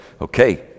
okay